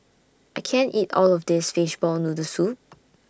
I can't eat All of This Fishball Noodle Soup